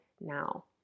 now